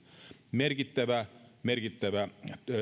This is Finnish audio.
merkittävä merkittävä